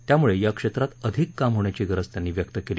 त्यामुळे या क्षेत्रात अधिक काम होण्याची गरज त्यांनी व्यक्त केली